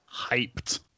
Hyped